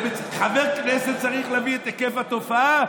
חבר כנסת צריך להביא את היקף התופעה?